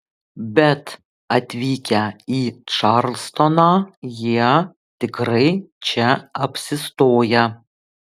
bet atvykę į čarlstoną jie tikrai čia apsistoja